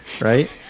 right